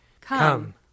Come